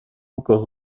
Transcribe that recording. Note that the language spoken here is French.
encore